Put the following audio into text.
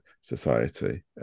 society